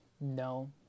no